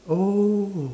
oh